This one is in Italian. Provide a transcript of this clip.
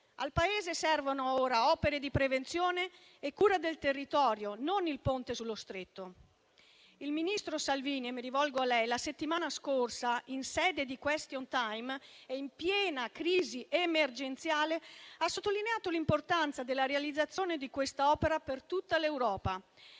Al Paese servono ora opere di prevenzione e cura del territorio, non il Ponte sullo Stretto. Ministro Salvini, la settimana scorsa, in sede di *question time* ed in piena crisi emergenziale, ha sottolineato l'importanza della realizzazione di quest'opera per tutta l'Europa,